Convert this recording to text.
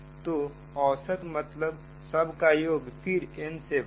तो औसत मतलब सब का योग फिर n से भागा